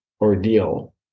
ordeal